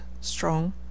strong